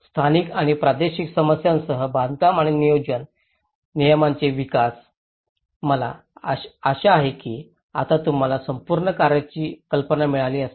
स्थानिक आणि प्रादेशिक समस्यांसह बांधकाम आणि नियोजन नियमांचे विकास मला आशा आहे की आता तुम्हाला संपूर्ण कार्याची कल्पना मिळाली असेल